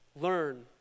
Learn